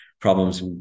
problems